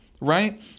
right